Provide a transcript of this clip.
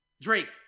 Drake